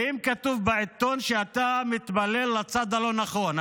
ואם כתוב בעיתון שאתה מתפלל לצד הלא-נכון,